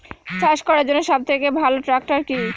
চাষ করার জন্য সবথেকে ভালো ট্র্যাক্টর কি?